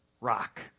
rock